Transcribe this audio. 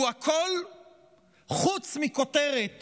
הוא הכול חוץ מכותרת